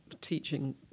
teaching